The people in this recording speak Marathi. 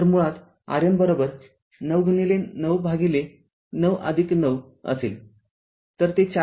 तरमुळात RN ९ गुणिले ९ भागिले ९९ असेल तर ते ४